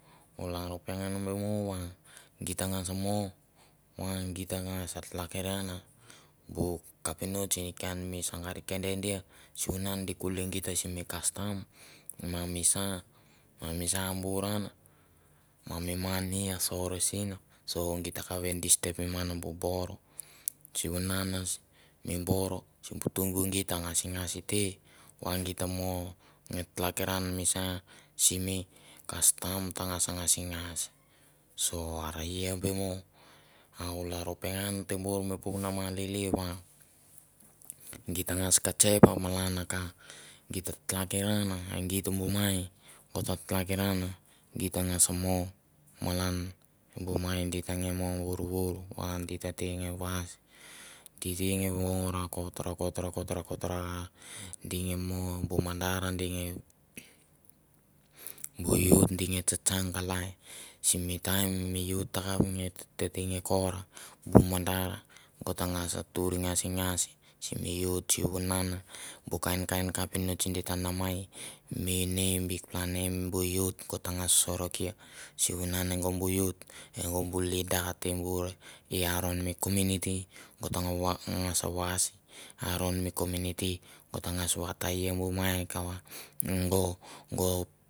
U lalaro pengan be mo va git ngas mo va gi ta ngas hakiran bu kapinots kain mi sangar kende dia sivunan di kuli geit simi kastam ma misa, ma misa ma misa bur an ma mi mani a sor sen, so gi takap ve disturbim ngan ma bu bor sivunan mi bor simbu tumbu geit a ngasingas te va git ta mo, nge tlakiran mi sa simi simi kastam ta ngas ngasingas so are i be mo a u laloro pengan te bur mi puk nama lili ra, di ta ngas katsep a malan a ka git ta tlakiran e geit bu mai go ta tlakiran git ta ngas mo malan bu mai di teng nge mon vourvour a di ta nge vais, di teng vong rakot rakot rakot ra ding nge mo bu madar ding nge bu youth ding ge tsa tsang kakii, sim taim mi youths takap nge tete nge kor bu madar go ta nigas tuir ngasingas simi youths sivunan bu kain kain kapinots di